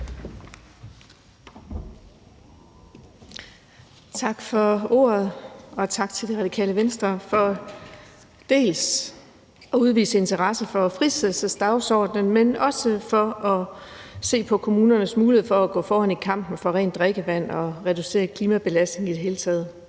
Tak for ordet, og tak til Radikale Venstre for dels at udvise interesse for frisættelsesdagsordenen, dels at se på kommunernes mulighed for at gå foran i kampen for rent drikkevand og for at reducere klimabelastning i det hele taget.